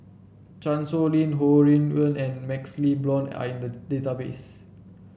Chan Sow Lin Ho Rui An and MaxLe Blond are in the database